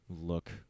look